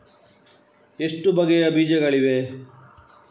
ಎಷ್ಟು ಬಗೆಯ ಬೀಜಗಳಿವೆ?